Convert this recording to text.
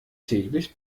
täglich